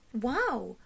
Wow